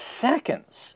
seconds